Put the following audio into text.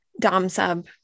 dom-sub